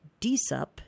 DSUP